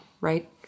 right